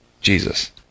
Jesus